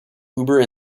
uber